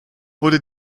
wurde